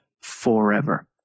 forever